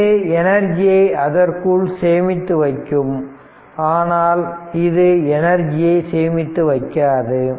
இது எனர்ஜியை அதற்குள் சேமித்து வைக்கும் ஆனால் இது எனர்ஜியை சேமித்து வைக்காது